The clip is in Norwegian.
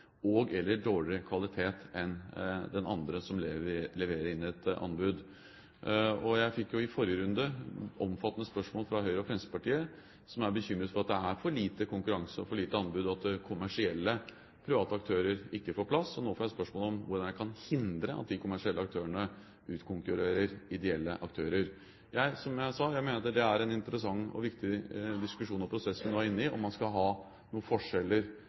dårligere kvalitet enn den andre som leverer inn et anbud. Jeg fikk jo i forrige runde omfattende spørsmål fra Høyre og Fremskrittspartiet, som er bekymret for at det er for lite konkurranse og for lite anbud, og at kommersielle private aktører ikke får plass, og nå får jeg spørsmål om hvordan jeg kan hindre at de kommersielle aktørene utkonkurrerer ideelle aktører. Som jeg sa: Jeg mener at det er en interessant og viktig diskusjon og prosess vi nå er inne i, om man skal ha noen forskjeller